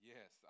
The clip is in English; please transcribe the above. Yes